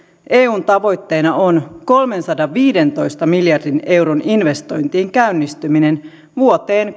eun tavoitteena on kolmensadanviidentoista miljardin euron investointien käynnistyminen vuoteen